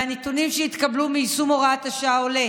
מהנתונים שהתקבלו מיישום הוראת השעה עולה